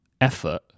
effort